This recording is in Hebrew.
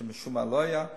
שמשום מה לא היה שם,